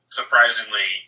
surprisingly